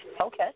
Okay